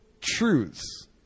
truths